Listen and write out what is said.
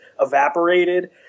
evaporated